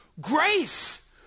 Grace